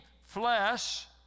flesh